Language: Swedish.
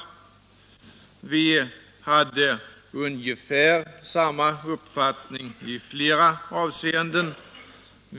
Vi hade ungefär samma uppfattning i flera avseenden.